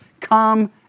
come